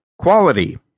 ...quality